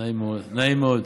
נעים מאוד.